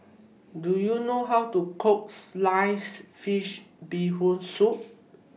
Do YOU know How to Cook Sliced Fish Bee Hoon Soup